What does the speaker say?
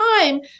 time